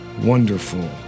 wonderful